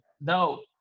no